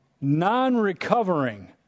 non-recovering